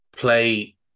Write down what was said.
play